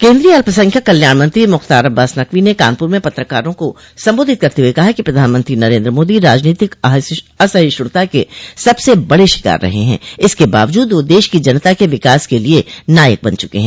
केन्द्रीय अल्पसंख्यक कल्याण मंत्री मुख्तार अब्बास नकवी ने कानपुर में पत्रकारों को संबोधित करते हुए कहा कि प्रधानमंत्री नरेन्द्र मोदी राजनीतिक असहिष्णुता के सबसे बड़े शिकार रहे हैं इसके बावजूद वह देश की जनता के लिए विकास के नायक बन चुके हैं